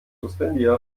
suspendiert